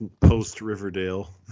post-Riverdale